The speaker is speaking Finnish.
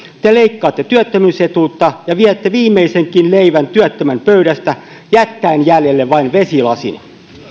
te leikkaatte työttömyysetuutta ja viette viimeisenkin leivän työttömän pöydästä jättäen jäljelle vain vesilasin